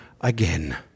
again